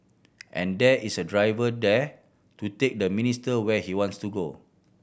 and there is a driver there to take the minister where he wants to go